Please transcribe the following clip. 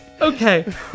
Okay